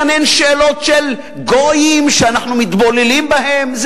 וכאן אין שאלות של גויים שאנחנו מתבוללים בהם.